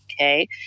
Okay